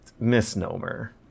misnomer